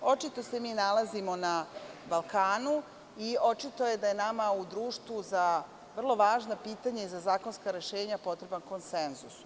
Očito se mi nalazimo na Balkanu i očito je da je nama u društvu za vrlo važna pitanja i za zakonska rešenja potreban konsenzus.